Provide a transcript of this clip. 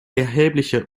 erhebliche